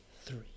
three